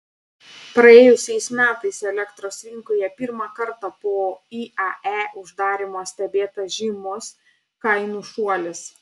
praėjusiais metais elektros rinkoje pirmą kartą po iae uždarymo stebėtas žymus kainų šuolis